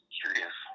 curious